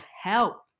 help